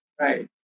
Right